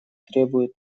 требуют